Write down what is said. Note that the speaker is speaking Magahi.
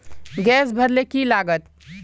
गैस भरले की लागत?